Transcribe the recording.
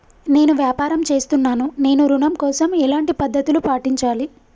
నేను వ్యాపారం చేస్తున్నాను నేను ఋణం కోసం ఎలాంటి పద్దతులు పాటించాలి?